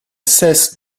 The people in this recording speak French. cesse